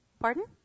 Pardon